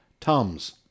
Tums